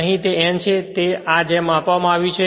અહીં તે n છે તે આ જેવું આપવામાં આવ્યું છે